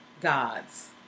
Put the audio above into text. Gods